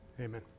amen